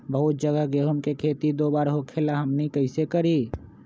बहुत जगह गेंहू के खेती दो बार होखेला हमनी कैसे करी?